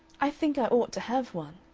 i think i ought to have one.